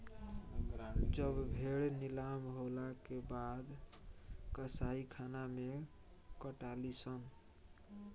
जब भेड़ नीलाम होला के बाद कसाईखाना मे कटाली सन